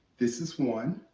this is one,